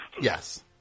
Yes